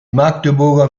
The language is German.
magdeburger